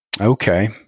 Okay